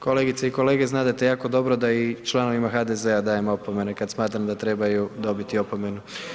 Kolegice i kolege, znadete jako dobro da i članovima HDZ-a dajem opomene kad smatram da trebaju dobiti opomenu.